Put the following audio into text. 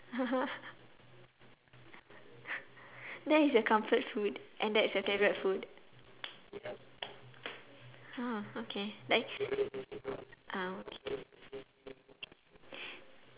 that is your comfort food and that's your favourite food ah okay like um okay